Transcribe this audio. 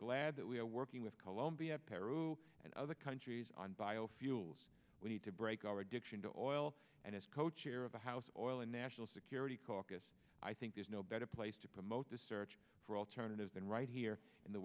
glad that we are working with colombia perrault and other countries on biofuels we need to break our addiction to oil and as co chair of the house oil and national security caucus i think there's no better place to promote the search for alternatives than right here in the